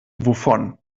wovon